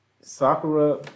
Sakura